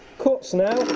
cuts now,